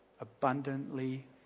abundantly